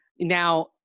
Now